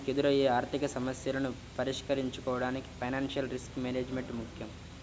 మనకెదురయ్యే ఆర్థికసమస్యలను పరిష్కరించుకోడానికి ఫైనాన్షియల్ రిస్క్ మేనేజ్మెంట్ ముక్కెం